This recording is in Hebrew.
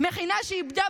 מכינה שאיבדה